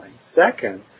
Second